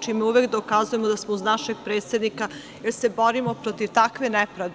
čime uvek dokazujemo da smo uz našeg predsednika jer se borimo protiv takve nepravde.